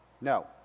No